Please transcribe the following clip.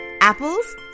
Apples